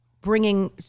bringing